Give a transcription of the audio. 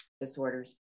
disorders